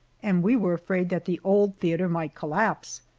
and we were afraid that the old theater might collapse.